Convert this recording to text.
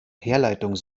herleitung